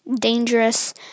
dangerous